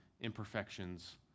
imperfections